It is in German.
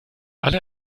alle